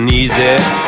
easy